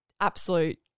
absolute